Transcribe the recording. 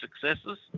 successes